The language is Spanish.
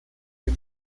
del